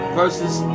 versus